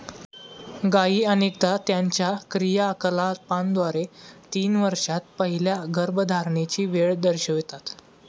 गायी अनेकदा त्यांच्या क्रियाकलापांद्वारे तीन वर्षांत पहिल्या गर्भधारणेची वेळ दर्शवितात